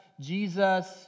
Jesus